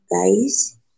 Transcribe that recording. guys